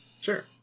Sure